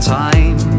time